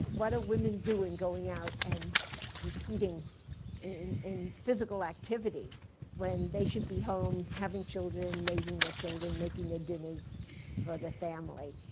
what are women doing going out and competing in in physical activity when they should be home having children, raising their children, making their dinners for their family?